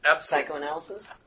psychoanalysis